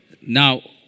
Now